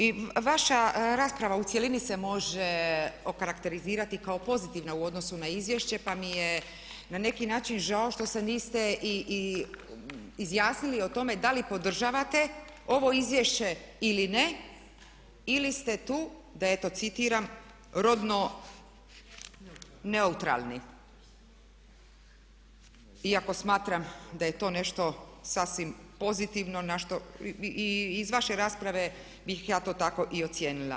I vaša rasprava u cjelini se može okarakterizirati kao pozitivna u odnosu na izvješće pa mi je na neki način žao što se niste i izjasnili o tome da li podržavate ovo izvješće ili ne ili ste tu da eto citiram „rodno neutralni“ iako smatram da je to nešto sasvim pozitivno i iz vaše rasprave bih ja to tako i ocijenila.